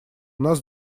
нас